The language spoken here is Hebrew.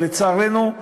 אבל, לצערנו,